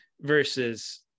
versus